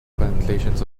plantations